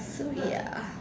so ya